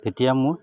তেতিয়া মোৰ